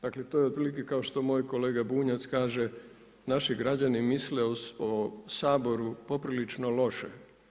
Dakle to je otprilike kao što moj kolega Bunjac kaže, naši građani misle o Saboru poprilično loše.